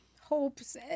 hopes